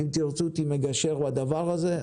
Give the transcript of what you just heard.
-- אם תרצו אותי כמגשר לדבר הזה,